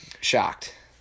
shocked